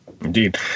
Indeed